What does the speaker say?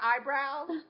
eyebrows